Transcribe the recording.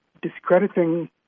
discrediting